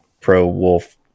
pro-wolf